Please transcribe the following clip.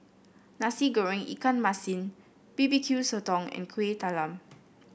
Nasi Goreng Ikan Masin B B Q Sotong and Kueh Talam